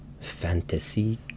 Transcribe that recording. Fantasy